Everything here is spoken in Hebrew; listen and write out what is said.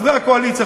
לחברי הקואליציה,